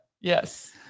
Yes